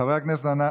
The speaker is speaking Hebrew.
חברי הכנסת,